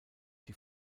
die